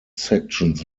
sections